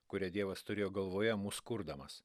kurią dievas turėjo galvoje mus kurdamas